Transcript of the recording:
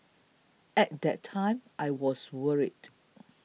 at that time I was worried